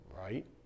right